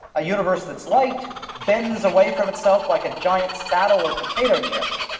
a universe that's light bends away from itself like a giant saddle or potato chip.